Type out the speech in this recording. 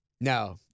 No